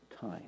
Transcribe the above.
time